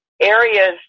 areas